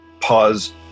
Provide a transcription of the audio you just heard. pause